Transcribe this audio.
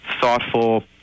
thoughtful